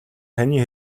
таны